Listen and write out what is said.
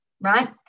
right